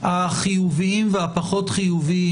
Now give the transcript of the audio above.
החיוביים והפחות חיוביים,